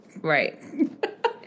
Right